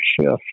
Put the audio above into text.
shift